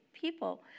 people